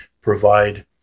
provide